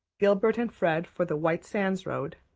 gilbert and fred for the white sands road,